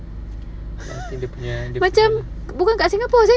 I think dia punya macam